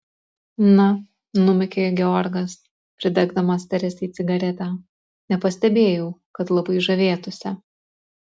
na numykė georgas pridegdamas teresei cigaretę nepastebėjau kad labai žavėtųsi